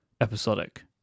episodic